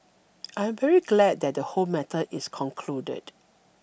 I'm very glad that the whole matter is concluded